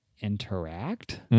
interact